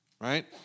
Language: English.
right